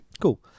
Cool